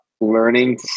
learning